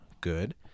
good